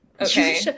okay